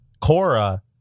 Cora